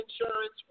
insurance